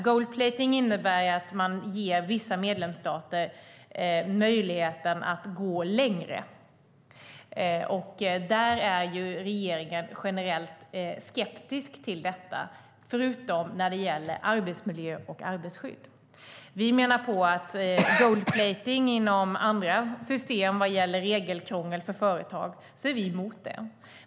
Gold-plating innebär att man ger vissa medlemsstater möjligheten att gå längre. Regeringen är generellt skeptisk till detta, förutom när det gäller arbetsmiljö och arbetstagarskydd. Vi är emot gold-plating inom andra system vad gäller regelkrångel för företag.